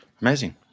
Amazing